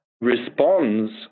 responds